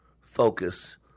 focus